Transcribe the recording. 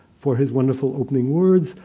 for his wonderful opening words,